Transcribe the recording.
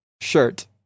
shirt